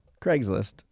Craigslist